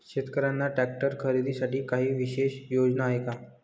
शेतकऱ्यांना ट्रॅक्टर खरीदीसाठी काही विशेष योजना आहे का?